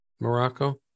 Morocco